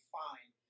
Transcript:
fine